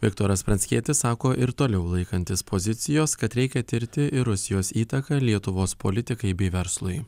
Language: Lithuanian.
viktoras pranckietis sako ir toliau laikantis pozicijos kad reikia tirti ir rusijos įtaką lietuvos politikai bei verslui